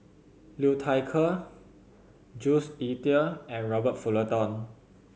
Liu Thai Ker Jules Itier and Robert Fullerton